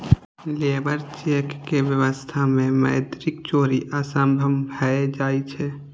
labour cheque के व्यवस्था मे मौद्रिक चोरी असंभव भए जाइ छै